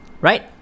Right